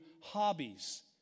hobbies